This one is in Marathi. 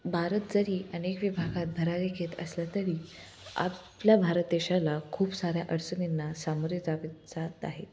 भारत जरी अनेक विभागात भरारी घेत असला तरी आपल्या भारत देशाला खूप साऱ्या अडचणींना सामोरे जावे जात आहेत